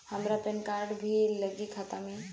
हमार PAN card भी लगी खाता में?